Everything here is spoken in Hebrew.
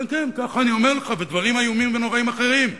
ודברים נוראים ואיומים אחרים.